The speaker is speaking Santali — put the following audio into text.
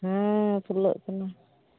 ᱠᱷᱩᱞᱟᱹᱜ ᱠᱟᱱᱟ